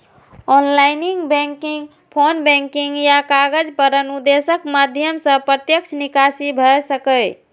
online banking, phone banking या कागज पर अनुदेशक माध्यम सं प्रत्यक्ष निकासी भए सकैए